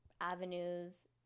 avenues